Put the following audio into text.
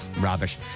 Rubbish